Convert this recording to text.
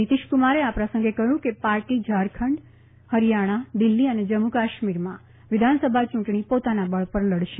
નીતીશકુમારે આ પ્રસંગે કહયું કે પાર્ટી ઝારખંડ હરીયાણા દિલ્હી અને જમ્મુ કાશ્મીરમાં વિધાનસભા યુંટણી પોતાના બળ પર લડશે